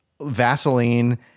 Vaseline